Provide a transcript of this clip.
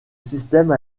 système